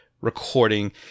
recording